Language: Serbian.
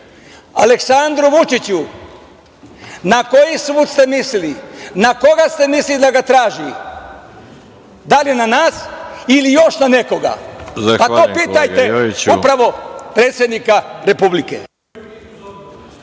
Aleksandru Vučiću na koji sud ste mislili, na koga ste mislili da ga traži, da li na nas ili još na nekoga, pa to pitajte upravo predsednika Republike.